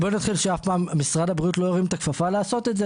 בוא נתחיל בזה שאף פעם משרד הבריאות לא הרים את הכפפה ועשה את זה,